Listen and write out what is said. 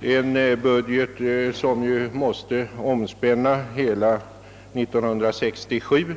en budget, som ju måste omspänna hela 1967.